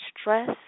stress